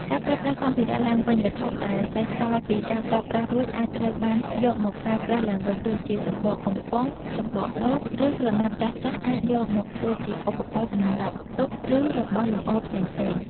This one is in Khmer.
ការប្រើប្រាស់សម្ភារៈឡើងវិញ វត្ថុដែលសេសសល់ពីការប្រើប្រាស់រួចអាចត្រូវបានយកមកប្រើប្រាស់ឡើងវិញ ដូចជាសំបកកំប៉ុង សម្បកដប ឬក្រណាត់ចាស់ៗ អាចយកមកធ្វើជាឧបករណ៍សម្រាប់ផ្ទុក ឬរបស់លម្អផ្សេងៗ។